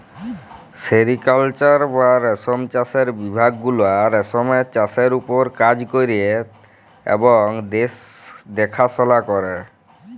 sericulture বা রেশম চাষের বিভাগ গুলা রেশমের চাষের উপর কাজ ক্যরে এবং দ্যাখাশলা ক্যরে